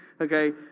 okay